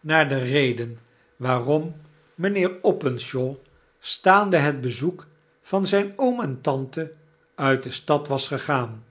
naar de reden waarom mynheer openshaw staande het bezoek van zyn oom en tante uit de stad was gegaan